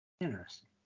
Interesting